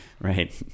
Right